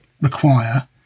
require